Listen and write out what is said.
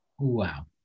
Wow